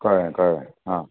कळ्ळें कळ्ळें हां